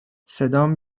صدام